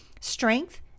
Strength